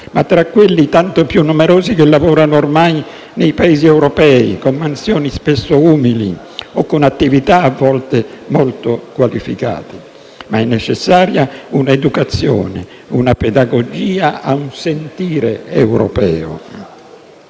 ma tra quelli, tanto più numerosi, che lavorano ormai nei Paesi europei, con mansioni spesso umili, o con attività a volte molto qualificate. Ma è necessaria un'educazione, una pedagogia a un sentire europeo.